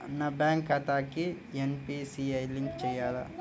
నా బ్యాంక్ ఖాతాకి NPCI link చేయాలా?